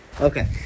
Okay